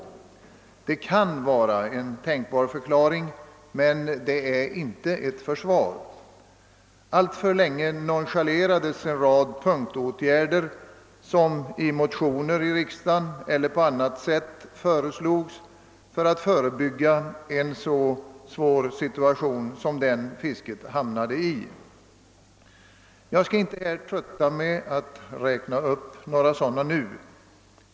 Det kan vara en tänkbar förklaring, men det är inte ett försvar. Alltför länge nonchalerades en rad punktåtgärder, som föreslogs i motioner i riksdagen eller på annat sätt för att förebygga en så svår situation som den fisket hamnade i. Jag skall här inte trötta med att räkna upp några sådana.